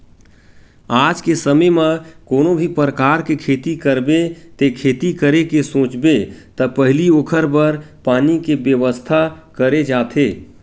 आज के समे म कोनो भी परकार के खेती करबे ते खेती करे के सोचबे त पहिली ओखर बर पानी के बेवस्था करे जाथे